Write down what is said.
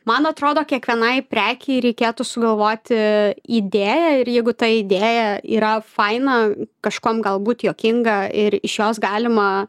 man atrodo kiekvienai prekei reikėtų sugalvoti idėją ir jeigu ta idėja yra faina kažkuom galbūt juokinga ir iš jos galima